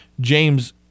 James